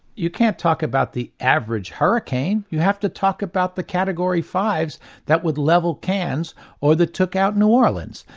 you can't talk about the average hurricane, you have to talk about the category five that would level cairns or that took out new orleans.